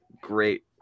great